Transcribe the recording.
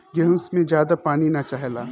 गेंहू में ज्यादा पानी ना चाहेला